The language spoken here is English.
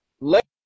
let